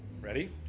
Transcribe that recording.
Ready